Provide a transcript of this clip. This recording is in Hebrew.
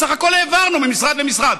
בסך הכול העברנו ממשרד למשרד.